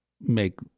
make